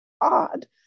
odd